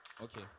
Okay